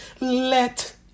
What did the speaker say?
let